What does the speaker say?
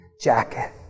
jacket